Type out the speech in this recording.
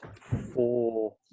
four